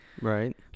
Right